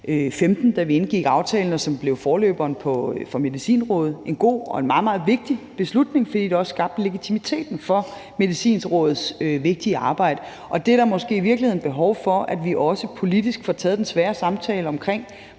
og vi indgik aftalen, og som blev forløberen for Medicinrådet, en god og en meget, meget vigtig beslutning, fordi det også skabte legitimiteten for Medicinrådets vigtige arbejde. Der er der måske i virkeligheden også et behov for, at vi politisk får taget den svære samtale omkring,